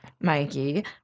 Mikey